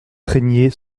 craignait